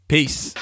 Peace